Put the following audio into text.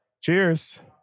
Cheers